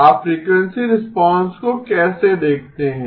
आप frequency response को कैसे देखते हैं